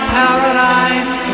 paradise